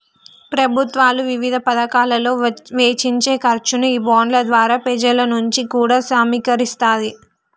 ప్రభుత్వాలు వివిధ పతకాలలో వెచ్చించే ఖర్చుని ఈ బాండ్ల ద్వారా పెజల నుంచి కూడా సమీకరిస్తాది